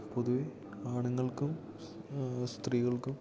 പൊതുവേ ആണുങ്ങൾക്കും സ്ത്രീകൾക്കും